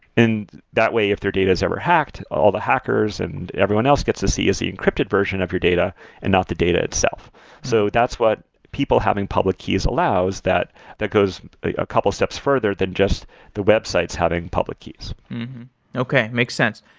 and that way if their data is ever hacked, all the hackers and everyone else gets to see is the encrypted version of your data and not the data itself so that's what people having public keys allows that that goes a couple steps further than just the websites having public keys okay. makes sense.